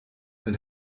and